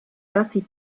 casi